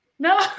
no